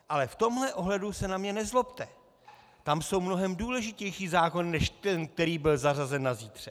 Ale v tomhle ohledu se na mě nezlobte, tam jsou mnohem důležitější zákony než ten, který byl zařazen na zítřek.